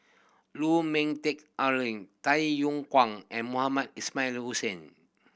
Lu Ming Teh Tay Yong Kwang and Mohamed Ismail Hussain